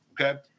okay